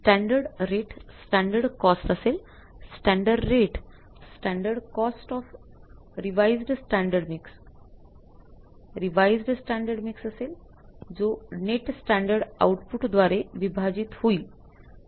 standard rate standard cost असेल standard rate standard cost of revised standard mix revised standard mix असेलजो net standard आउटपुटद्वारे विभाजित होईल